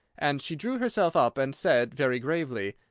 and she drew herself up and said, very gravely,